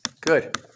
Good